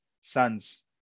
sons